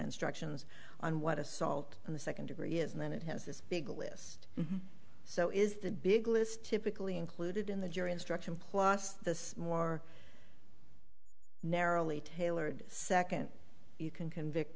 instructions on what assault on the second degree is and then it has this big list so is the big list typically included in the jury instruction plus this more narrowly tailored second you can convict